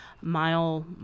mile